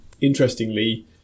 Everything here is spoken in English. Interestingly